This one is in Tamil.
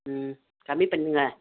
ம் கம்மி பண்ணுங்கள்